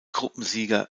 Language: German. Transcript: gruppensieger